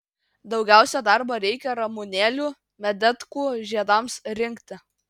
daugiausiai darbo reikia ramunėlių medetkų žiedams rinkti